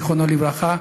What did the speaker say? זיכרונו לברכה,